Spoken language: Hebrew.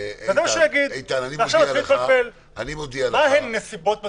ועכשיו יתחילו להתפלפל מה הן נסיבות מצדיקות,